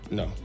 no